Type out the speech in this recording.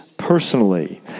personally